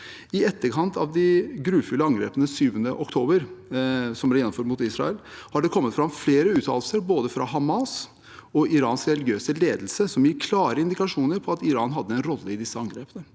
I etterkant av de grufulle angrepene 7. oktober som ble gjennomført mot Israel, har det kommet fram flere uttalelser fra både Hamas og Irans religiøse ledelse som gir klare indikasjoner på at Iran hadde en rolle i disse angrepene.